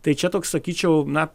tai čia toks sakyčiau na